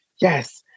yes